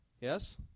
Yes